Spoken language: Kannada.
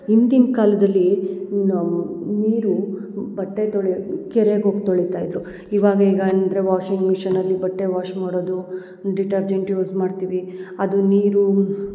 ಹಿಂದಿನ ಕಾಲದಲ್ಲಿ ನಾವು ನೀರು ಬಟ್ಟೆ ತೊಳಿಯೋ ಕೆರೆಗೆ ಹೋಗಿ ತೊಳಿತಾ ಇದ್ದರು ಇವಾಗ ಈಗ ಅಂದರೆ ವಾಷಿಂಗ್ ಮಿಶಿನ್ ಅಲ್ಲಿ ಬಟ್ಟೆ ವಾಶ್ ಮಾಡೋದು ಡಿಟರ್ಜೆಂಟ್ ಯೂಸ್ ಮಾಡ್ತೀವಿ ಅದು ನೀರು